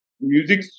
music